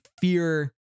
fear